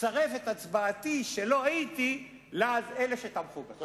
ותצרף את הצבעתי, שלא הייתי, לאלה שתמכו בך.